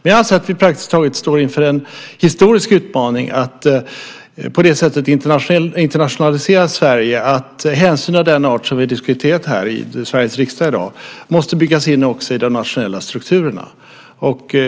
Jag anser att vi står inför en praktiskt taget historisk utmaning, att internationalisera Sverige på så sätt att hänsyn av den art som vi diskuterat här i Sveriges riksdag i dag också måste byggas in i de nationella strukturerna.